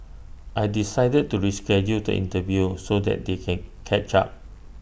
I decided to reschedule the interview so that they can catch up